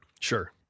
Sure